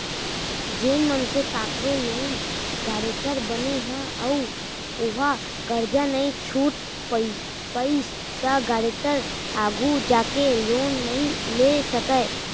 जेन मनसे कखरो लोन गारेंटर बने ह अउ ओहा करजा नइ छूट पाइस त गारेंटर आघु जाके लोन नइ ले सकय